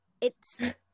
It's-